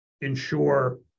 ensure